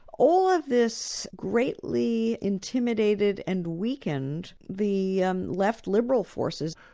all of this greatly intimidated and weakened the um left liberal forces.